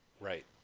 Right